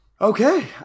Okay